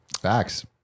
facts